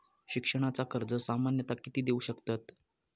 शिक्षणाचा कर्ज सामन्यता किती देऊ शकतत?